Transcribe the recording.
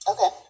Okay